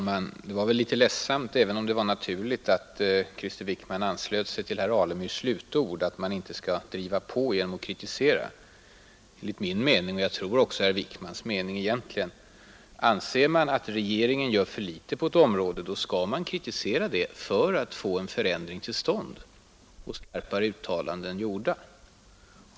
Herr talman! Det var väl litet ledsamt, även om det kanske var naturligt, att Krister Wickman anslöt sig till herr Alemyrs slutord: att man inte skall driva på genom att kritisera. Min mening är att om man anser att regeringen gör för litet på ett område, då skall man kritisera för att få till stånd en förändring och för att få skarpare uttalanden gjorda.